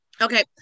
okay